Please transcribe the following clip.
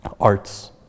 arts